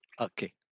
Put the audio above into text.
Okay